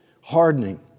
hardening